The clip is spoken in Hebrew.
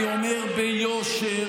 אני אומר ביושר